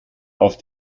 auf